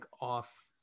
off